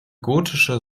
gotische